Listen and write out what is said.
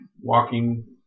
Walking